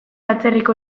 atzerriko